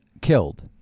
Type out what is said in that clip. killed